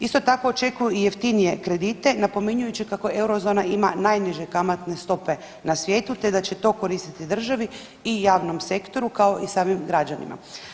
Isto tako očekuju i jeftinije kredite napominjući kako eurozona ima najniže kamatne stope na svijetu te da će to koristiti državi i javnom sektoru kao i samim građanima.